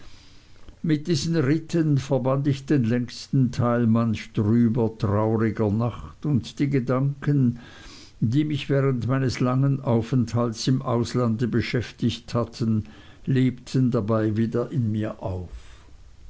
mit diesen ritten verbrachte ich den längsten teil manch trüber trauriger nacht und die gedanken die mich während meines langen aufenthalts im auslande beschäftigt hatten lebten dabei wieder in mir auf